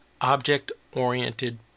object-oriented